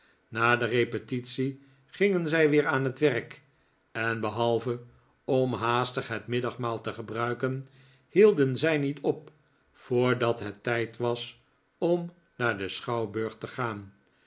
na de repetitie gingen zij weer aan het werk en behalve om haastif het middagmaal te gebruiken hielden zij niet op voordat het tijd was om naar den schouwburg te gaan